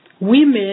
women